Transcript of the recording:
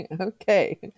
Okay